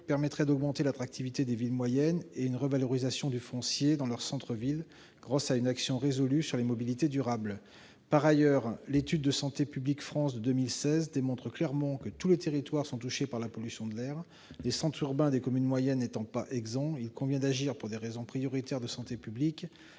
permettrait d'augmenter l'attractivité des villes moyennes et de revaloriser le foncier dans leurs centres-villes grâce à une action résolue sur les mobilités durables. Par ailleurs, une étude de 2016 de Santé publique France démontre clairement que tous les territoires sont touchés par la pollution de l'air. Les centres urbains des communes moyennes n'en étant pas exempts, il convient d'agir, pour des raisons prioritaires de santé publique,